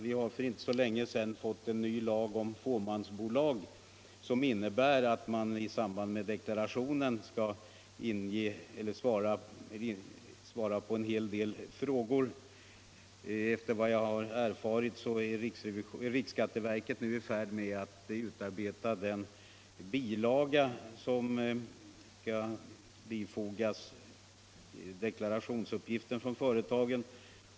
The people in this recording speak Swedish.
Vi har för inte så länge sedan deklarationen skall lämna en hel del nya uppgifter. Efter vad jag har Onsdagen den erfarit är riksskatteverket i färd med att utarbeta den bilaga som skall 26 maj 1976 bifogas deklarationsuppgiften från företagen.